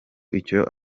icyo